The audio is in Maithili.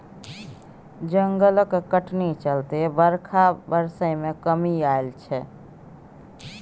जंगलक कटनी चलते बरखा बरसय मे कमी आएल छै